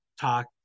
talk